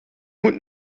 moet